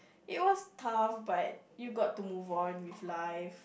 it was tough but you got to move on with life